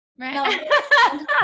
Right